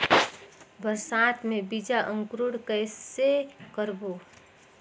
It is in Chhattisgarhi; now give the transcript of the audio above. बरसात मे बीजा अंकुरण कइसे करबो?